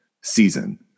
season